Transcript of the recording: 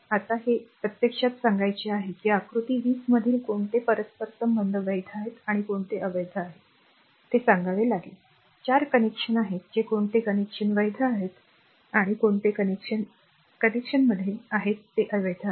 आता हे प्रत्यक्षात सांगायचे आहे की आकृती 20 मधील कोणते परस्पर संबंध वैध आहेत आणि कोणते अवैध आहेत ते सांगावे लागेल 4 कनेक्शन आहेत जे कोणते कनेक्शन वैध आहेत आणि कोणते कनेक्शन कनेक्शनमध्ये आहेत ते अवैध आहेत